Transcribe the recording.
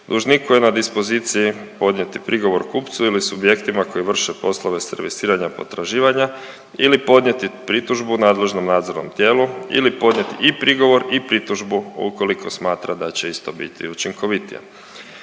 dužnik koji je na dispoziciji podnijeti prigovor kupcu ili subjektima koji vrše poslove servisiranja potraživanja ili podnijeti pritužbu nadležnom nadzornom tijelu ili podnijeti i prigovor i pritužbu ukoliko smatra da će isto biti učinkovitije.